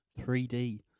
3D